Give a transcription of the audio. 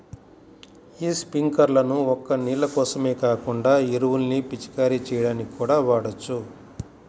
యీ స్పింకర్లను ఒక్క నీళ్ళ కోసమే కాకుండా ఎరువుల్ని పిచికారీ చెయ్యడానికి కూడా వాడొచ్చు